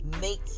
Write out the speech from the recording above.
make